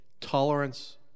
tolerance